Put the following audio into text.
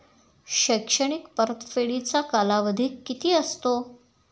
शैक्षणिक परतफेडीचा कालावधी किती असतो?